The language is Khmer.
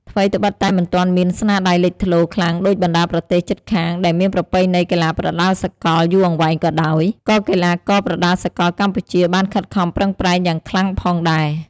ថ្វីត្បិតតែមិនទាន់មានស្នាដៃលេចធ្លោខ្លាំងដូចបណ្តាប្រទេសជិតខាងដែលមានប្រពៃណីកីឡាប្រដាល់សកលយូរអង្វែងក៏ដោយ ក៏កីឡាករប្រដាល់សកលកម្ពុជាបានខិតខំប្រឹងប្រែងយ៉ាងខ្លាំងផងដែរ។